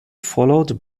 followed